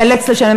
הוא ייאלץ לשלם.